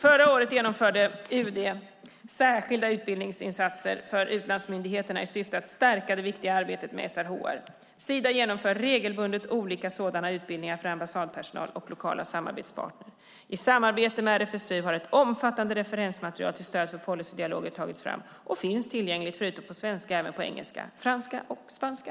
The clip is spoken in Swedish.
Förra året genomförde UD särskilda utbildningsinsatser för utlandsmyndigheterna i syfte att stärka det viktiga arbetet med SRHR. Sida genomför regelbundet olika sådana utbildningar för ambassadpersonal och lokala samarbetspartner. I samarbete med RFSU har ett omfattande referensmaterial till stöd för policydialoger tagits fram och finns tillgängligt förutom på svenska även på engelska, franska och spanska.